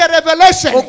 revelation